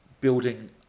building